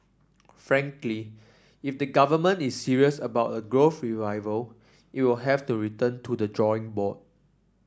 frankly if the government is serious about a growth revival it will have to return to the drawing board